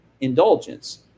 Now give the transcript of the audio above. indulgence